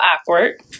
awkward